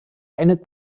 eine